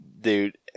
Dude